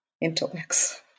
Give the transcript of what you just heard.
intellects